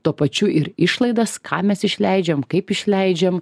tuo pačiu ir išlaidas ką mes išleidžiam kaip išleidžiam